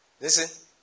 Listen